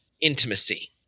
intimacy